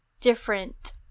different